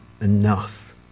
enough